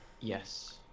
Yes